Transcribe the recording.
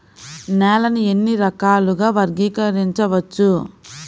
నేలని ఎన్ని రకాలుగా వర్గీకరించవచ్చు?